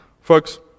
Folks